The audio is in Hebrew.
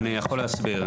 אני יכול להסביר.